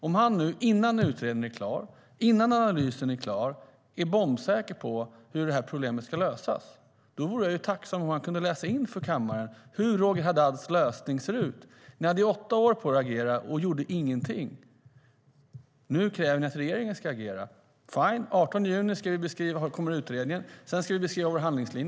Om han nu, innan utredningen och analysen är klara, är bombsäker på hur problemet ska lösas vore jag tacksam om han kunde delge kammaren hur Roger Haddads lösning ser ut. Ni hade åtta år på er att agera och gjorde ingenting. Nu kräver ni att regeringen ska agera. Fine! Den 18 juni kommer utredningen. Sedan ska vi beskriva vår handlingslinje.